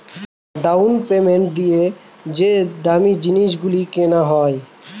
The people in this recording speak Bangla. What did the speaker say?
ডাউন পেমেন্ট দিয়ে যে দামী জিনিস গুলো কেনা হয়